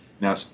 now